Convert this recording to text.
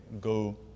Go